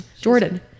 Jordan